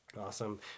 Awesome